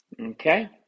Okay